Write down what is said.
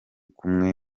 kumwe